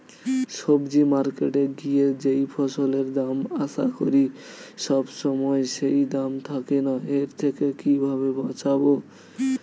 সবজি মার্কেটে গিয়ে যেই ফসলের দাম আশা করি সবসময় সেই দাম থাকে না এর থেকে কিভাবে বাঁচাবো?